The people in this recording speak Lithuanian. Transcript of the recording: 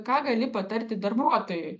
ką gali patarti darbuotojui